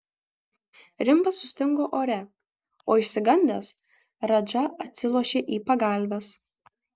rimbas sustingo ore o išsigandęs radža atsilošė į pagalves